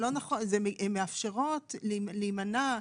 הן מאפשרות להימנע,